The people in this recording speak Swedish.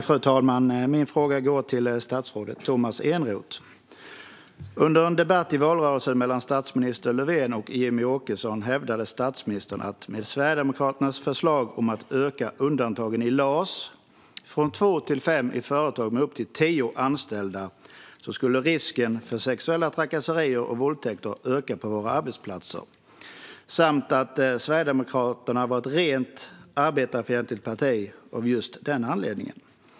Fru talman! Min fråga går till statsrådet Tomas Eneroth. Under en debatt i valrörelsen mellan statsminister Löfven och Jimmie Åkesson hävdade statsministern att med Sverigedemokraternas förslag om att öka undantagen i LAS från två till fem i företag med upp till tio anställda skulle risken för sexuella trakasserier och våldtäkter öka på våra arbetsplatser. Han sa också att Sverigedemokraterna var ett rent arbetarfientligt parti av just denna anledning.